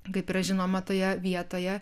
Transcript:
kaip yra žinoma toje vietoje